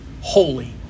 holy